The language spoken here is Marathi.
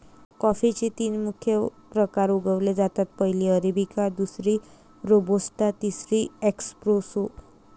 कॉफीचे तीन मुख्य प्रकार उगवले जातात, पहिली अरेबिका, दुसरी रोबस्टा, तिसरी एस्प्रेसो